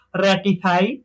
ratify